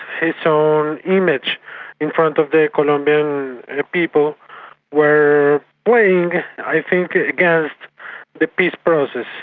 his own image in front of the colombian people were playing i think against the peace process.